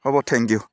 হ'ব thank U